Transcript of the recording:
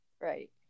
Right